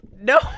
no